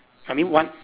I mean one